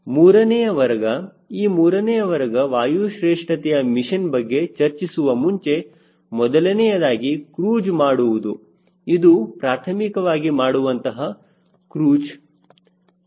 ಮೂರನೇ ವರ್ಗ ಈ ಮೂರನೇ ವರ್ಗ ವಾಯು ಶ್ರೇಷ್ಠತೆಯ ಮಿಷನ್ ಬಗ್ಗೆ ಚರ್ಚಿಸುವ ಮುಂಚೆ ಮೊದಲನೆಯದಾಗಿ ಕ್ರೂಜ್ ಮಾಡುವುದು ಇದು ಪ್ರಾಥಮಿಕವಾಗಿ ಮಾಡುವಂತಹ ಕ್ರೂಜ್ ಒಂದು